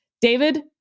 David